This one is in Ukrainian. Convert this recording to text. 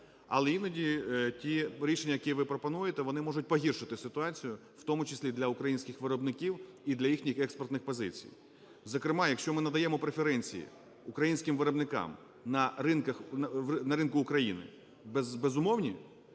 Але іноді ті рішення, які ви пропонуєте, вони можуть погіршити ситуацію, в тому числі для українських виробників і для їхніх експортних позицій. Зокрема, якщо ми надаємо преференції українським виробникам на ринку України безумовні,